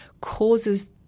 causes